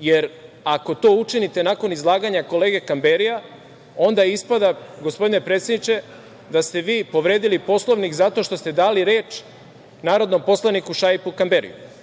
jer ako to učinite nakon izlaganja kolege Kamberija onda ispada, gospodine predsedniče, da ste vi povredili Poslovnik zato što ste dali reč narodnom poslaniku Šaipu Kamberiju,